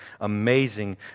amazing